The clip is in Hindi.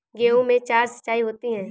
गेहूं में चार सिचाई होती हैं